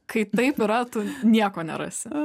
kai taip yra tu nieko nerasi